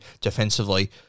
defensively